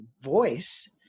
voice